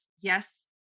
yes